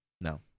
No